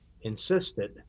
insisted